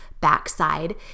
backside